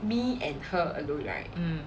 me and her alone right